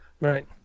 right